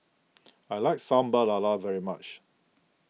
I like Sambal Lala very much